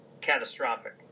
catastrophic